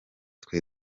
twe